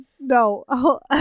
No